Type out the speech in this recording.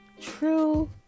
true